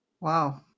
Wow